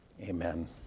Amen